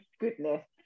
goodness